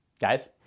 Guys